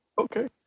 Okay